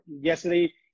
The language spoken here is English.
yesterday